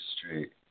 straight